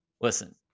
listen